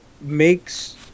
makes